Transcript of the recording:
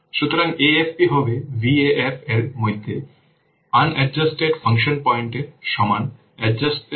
সুতরাং AFP হবে VAF এর মধ্যে আনএডজাস্টটেড ফাংশন পয়েন্টের সমান এডজাস্টটেড ফাংশন পয়েন্ট